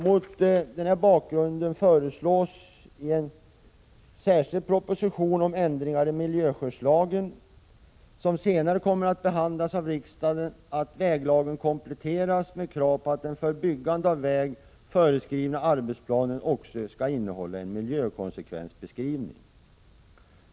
Mot den här bakgrunden förslås i en särskild proposition om 59 Prot. 1986/87:122 ändringar i miljöskyddslagen m.m., som senare kommer att behandlas av 13 maj 1987 riksdagen, att väglagen kompletteras med krav på att den för byggande av I I HH Väg föreskrivna arbetsplanen också skall innehålla en miljökonsekvensbeskrivning.